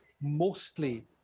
mostly